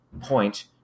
point